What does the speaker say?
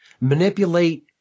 manipulate